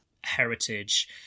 heritage